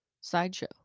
sideshow